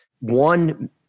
one